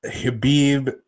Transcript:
Habib